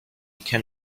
can